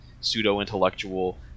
pseudo-intellectual